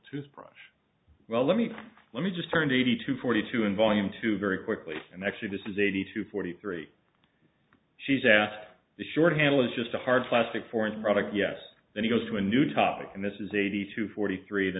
toothbrush well let me let me just turned eighty two forty two in volume two very quickly and actually this is eighty two forty three she's after the short handle is just a hard plastic for its product yes then he goes to a new topic and this is eighty two forty three the